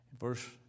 Verse